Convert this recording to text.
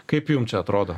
kaip jum čia atrodo